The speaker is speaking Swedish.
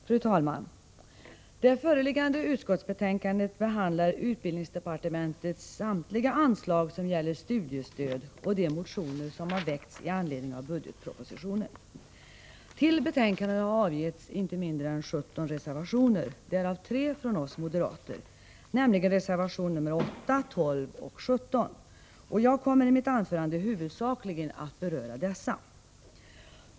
Fru talman! Det föreliggande utskottsbetänkandet behandlar utbildningsdepartementets samtliga anslag som gäller studiestöd och de motioner som väckts i anledning av budgetpropositionen. Till betänkandet har avgetts inte mindre än 17 reservationer, varav tre från oss moderater, nämligen reservation nr 8, nr 12 och nr 17. Jag kommer i mitt anförande huvudsakligen att beröra dessa.